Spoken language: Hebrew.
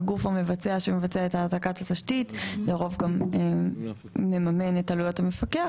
הגוף המבצע שמבצע את העתקת התשתית לרוב גם מממן את עלויות המפקח,